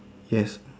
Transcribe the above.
yes